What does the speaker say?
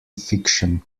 fiction